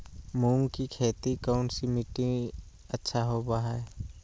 मूंग की खेती कौन सी मिट्टी अच्छा होबो हाय?